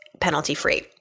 penalty-free